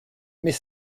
mais